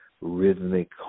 rhythmic